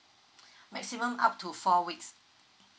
maximum up to four weeks